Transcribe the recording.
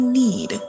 need